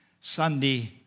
Sunday